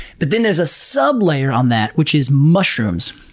but then there's a sublayer on that, which is mushrooms,